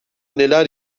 neler